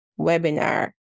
webinar